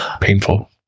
Painful